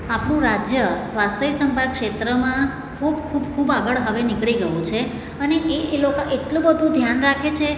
આપણું રાજ્ય સ્વાસ્થ્ય સંભાળ ક્ષેત્રમાં ખૂબ ખૂબ આગળ હવે નીકળી ગયું છે અને એ એ લોકા એટલું બધું ધ્યાન રાખે છે